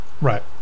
Right